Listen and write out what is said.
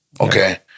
okay